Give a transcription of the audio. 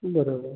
बरोबर